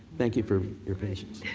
thank you for your patience.